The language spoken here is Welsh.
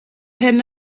hyn